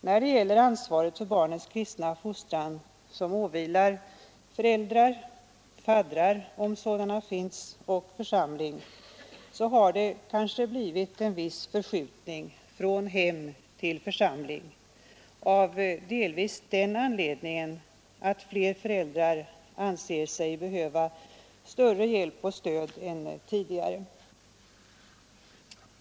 När det gäller ansvaret för barnens kristna fostran som åvilar föräldrar, faddrar om sådana finns och församling, har det kanske blivit en viss förskjutning från hem till församling av delvis den anledningen att fler föräldrar anser sig behöva större hjälp och stöd än tidigare.